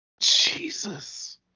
Jesus